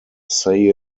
say